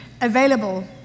Available